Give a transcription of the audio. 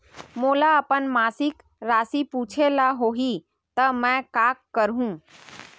मोला अपन मासिक राशि पूछे ल होही त मैं का करहु?